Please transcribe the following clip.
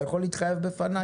אתה יכול להתחייב בפני?